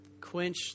quench